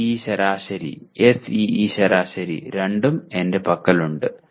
CIE ശരാശരി SEE ശരാശരി രണ്ടും എന്റെ പക്കലുണ്ട്